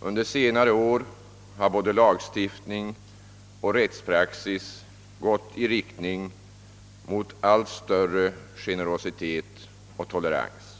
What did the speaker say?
Under senare år har både lagstiftning och rättspraxis gått i riktning mot allt större generositet och tolerans.